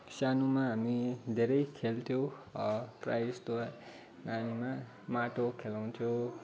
सानोमा हामी धेरै खेल्थ्यौँ प्राय जस्तो नानीमा माटो खेलाउँथ्यौँ